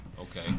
Okay